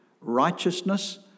righteousness